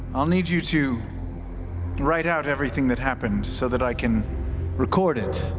i'll need you to write out everything that happened so that i can record it